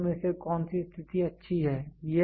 तो दोनों में से कौन सी स्थिति अच्छी है